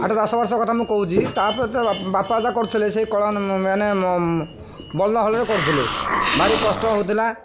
ଆଠ ଦଶ ବର୍ଷ କଥା ମୁଁ କହୁଛି ତାପରେ ବାପାଦ କରୁଥିଲେ ସେଇ କଳା ମାନେ ବଲ ହଳରେ କରୁଥିଲେ ଭାରି କଷ୍ଟ ହେଉଥିଲା